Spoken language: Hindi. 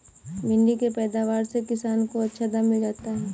भिण्डी के पैदावार से किसान को अच्छा दाम मिल जाता है